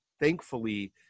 thankfully